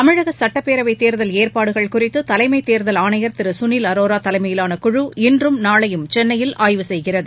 தமிழக சுட்டப் பேரவைத் தேர்தல் ஏற்பாடுகள் குறித்து தலைமைத் தேர்தல் ஆணையா திரு சுனில் அரோரோ தலைமையிலான குழு இன்றும் நாளையும் சென்னையில் ஆய்வு செய்கிறது